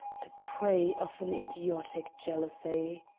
a prey of an idiotic jealousy.